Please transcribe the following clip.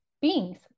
beings